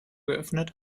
geöffnet